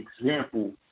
example